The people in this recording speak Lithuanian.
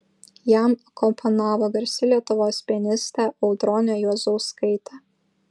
jam akompanavo garsi lietuvos pianistė audronė juozauskaitė